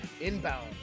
inbound